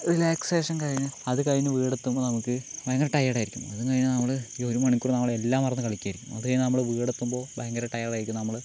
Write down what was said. relaxation കഴിഞ്ഞു അത് കഴിഞ്ഞു വീടെത്തുമ്പോ നമുക്ക് ഭയങ്കര ടയേർഡ് ആയിരിക്കും അതും കഴിഞ്ഞ് നമ്മള് ഈ ഒരു മണിക്കൂർ നമ്മള് എല്ലാം മറന്ന് കളിക്കുവായിരിക്കും അത് കഴിഞ്ഞു നമ്മള് വീടെത്തുമ്പോൾ ഭയങ്കര ടയേർഡായിരിക്കും നമ്മള്